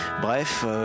Bref